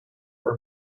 for